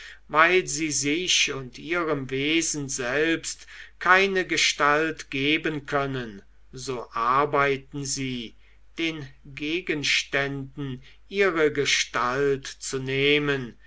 weil sie sich und ihrem wesen selbst keine gestalt geben können so arbeiten sie den gegenständen ihre gestalt zu nehmen